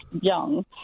young